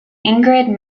ingrid